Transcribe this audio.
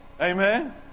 Amen